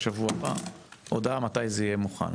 השבוע הבא הודעה מתי זה יהיה מוכן.